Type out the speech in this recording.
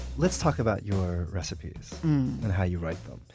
let's talk about your recipes and how you write them.